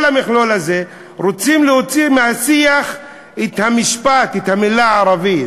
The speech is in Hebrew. רוצים להוציא מהשיח את המשפט, את המילה "ערבי".